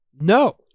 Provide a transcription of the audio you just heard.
No